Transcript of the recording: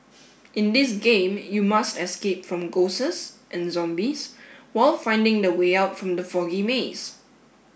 in this game you must escape from and zombies while finding the way out from the foggy maze